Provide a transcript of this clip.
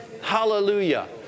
hallelujah